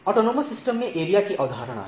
स्वायत्त प्रणाली में एरिया की अवधारणा है